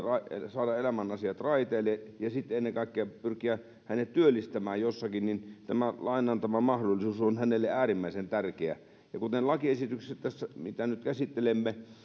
saada elämän asiat raiteille ja sitten ennen kaikkea pyritään hänet työllistämään jossakin tämä lain antama mahdollisuus on äärimmäisen tärkeä ja lakiesityksessä tässä mitä nyt käsittelemme